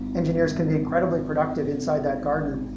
engineers can be incredibly productive inside that garden,